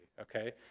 okay